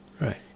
Right